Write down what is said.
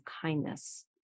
kindness